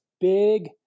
big